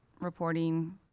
reporting